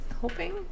hoping